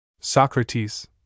Socrates